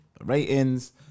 ratings